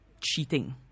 cheating